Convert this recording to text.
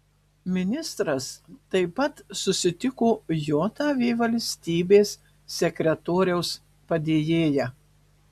ministras taip pat susitiko jav valstybės sekretoriaus padėjėja